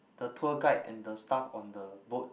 the tour guide and the staff on the boat